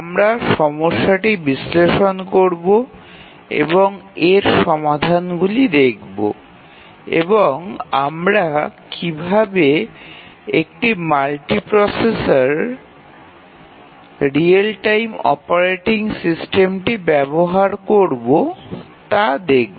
আমরা সমস্যাটি বিশ্লেষণ করব এবং এর সমাধানগুলি দেখব এবং আমরা কীভাবে একটি মাল্টিপ্রসেসরে রিয়েল টাইম অপারেটিং সিস্টেমটি ব্যবহার করব তা দেখব